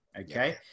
Okay